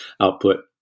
output